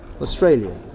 Australia